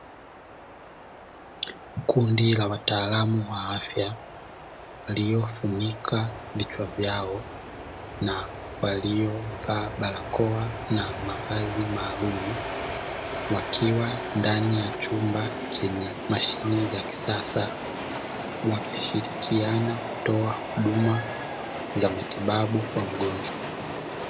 Kundi la wataalamu wa afya waliofunika vichwa vyao na waliovaa barakoa na mavazi maalum, wakiwa ndani ya chumba chenye mashine za kisasa wakishirikiana kutoa huduma za matibabu kwa mgonjwa.